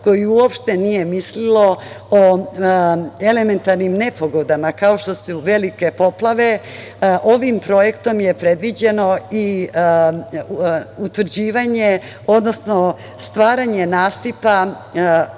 koje uopšte nije mislilo o elementarnim nepogodama, kao što su velike poplave, ovim projektom je predviđeno i utvrđivanje, odnosno stvaranje nasipa